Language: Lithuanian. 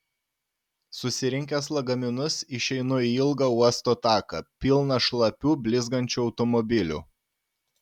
susirinkęs lagaminus išeinu į ilgą uosto taką pilną šlapių blizgančių automobilių